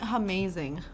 amazing